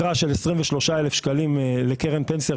תקרה של 23,000 שקלים לקרן פנסיה,